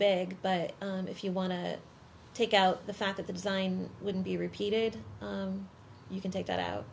y but if you want to take out the fact that the design wouldn't be repeated you can take that out